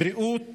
הבריאות